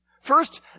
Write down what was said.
First